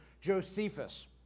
Josephus